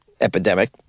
epidemic